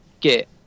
get